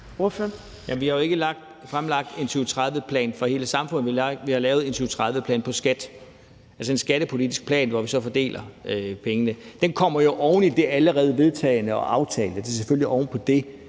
Vi har jo ikke fremlagt en 2030-plan for hele samfundet. Vi har lavet en 2030-plan på skat, altså en skattepolitisk plan, hvor vi så fordeler pengene. Den kommer jo oven i det allerede vedtagne og aftalte, og den ligger selvfølgelig oven på det.